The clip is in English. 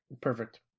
perfect